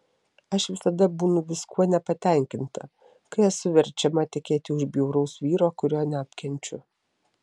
aš visada būnu viskuo nepatenkinta kai esu verčiama tekėti už bjauraus vyro kurio neapkenčiu